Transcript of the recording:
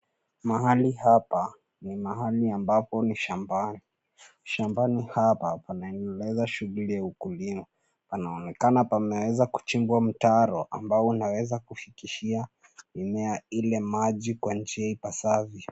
Mahali hapa, ni mahaili ambapo ni shambani. Shambani hapa panaendeleza sughuli ya ukulima. Panaonekana panaweza kuchimbwa mtaro ambayo yanaweza kufikishia mmea ile maji kwa njia ipasavyo.